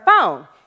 phone